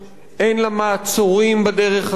אין לה מעצורים בדרך הזאת,